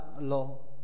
law